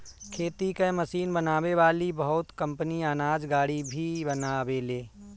खेती कअ मशीन बनावे वाली बहुत कंपनी अनाज गाड़ी भी बनावेले